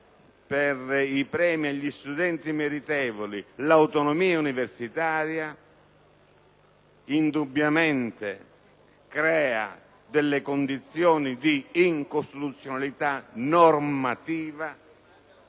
per i premi agli studenti meritevoli, l'autonomia universitaria), indubbiamente crea delle condizioni di incostituzionalità normativa